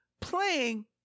playing